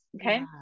okay